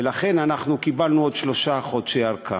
ולכן אנחנו קיבלנו עוד שלושה חודשי ארכה.